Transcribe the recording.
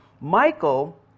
Michael